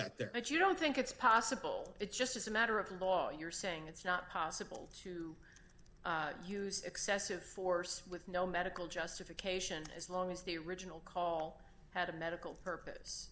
that there aren't you don't think it's possible it's just a matter of law you're saying it's not possible to use excessive force with no medical justification as long as the original call had a medical purpose